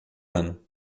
ano